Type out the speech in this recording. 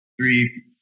three